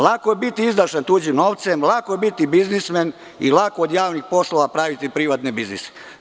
Lako je biti izdašan tuđim novcem, lako je biti biznismen i lako je od javnih poslova praviti privatne biznise.